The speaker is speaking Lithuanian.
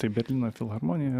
tai berlyno filharmonija